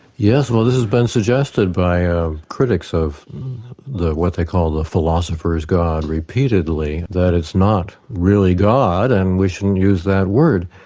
yes, well this has been suggested by um critics of what they call the philosopher's god repeatedly, that it's not really god and we shouldn't use that word.